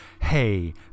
hey